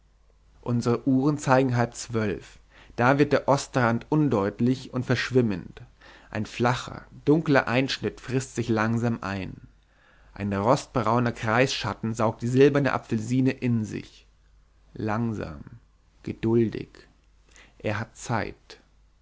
unsere uhren zeigen halbzwölf da wird der ostrand undeutlich und verschwimmend ein flacher dunkler einschnitt frißt sich langsam ein ein rostbrauner kreisschatten saugt die silberne apfelsine in sich langsam geduldig er hat zeit